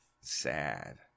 sad